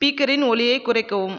ஸ்பீக்கரின் ஒலியை குறைக்கவும்